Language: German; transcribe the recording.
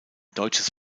deutsches